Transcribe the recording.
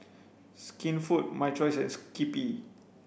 Skinfood My Choice and Skippy